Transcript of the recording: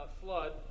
flood